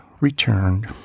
returned